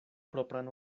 propran